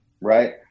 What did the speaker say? Right